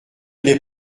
n’est